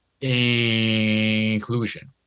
inclusion